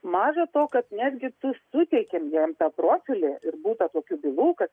maža to kad netgi suteikėm jam tą profilį ir būta tokių bylų kad